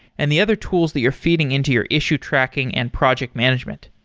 and the other tools that you're feeding into your issue tracking and project management.